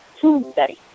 Tuesday